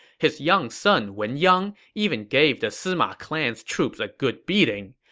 his young son wen yang even gave the sima clan's troops a good beating.